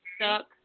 stuck